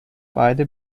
beide